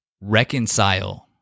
Reconcile